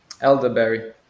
elderberry